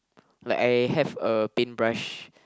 like I have a paintbrush